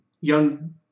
Young